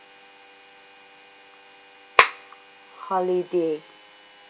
holiday